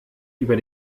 über